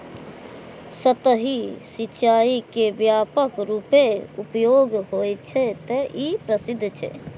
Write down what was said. सतही सिंचाइ के व्यापक रूपें उपयोग होइ छै, तें ई प्रसिद्ध छै